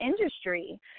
industry